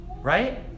Right